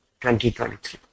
2023